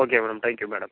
okay madam thank you madam